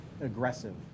aggressive